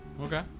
Okay